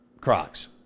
Crocs